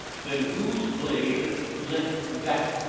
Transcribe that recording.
then, whose blade left that?